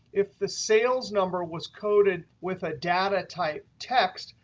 if the sales number was coded with a data type text,